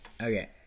Okay